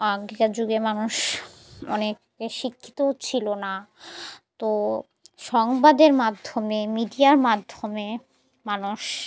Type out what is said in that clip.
আগেকার যুগে মানুষ অনেকে শিক্ষিত ছিল না তো সংবাদের মাধ্যমে মিডিয়ার মাধ্যমে মানুষ